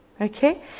Okay